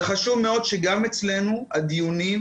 חשוב מאוד שגם אצלנו הדיונים,